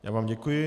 Já vám děkuji.